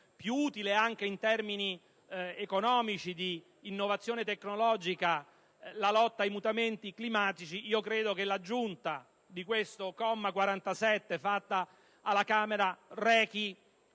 più utile, anche in termini economici e di innovazione tecnologica, la lotta ai mutamenti climatici, credo che l'aggiunta di questo comma 47 fatta alla Camera sia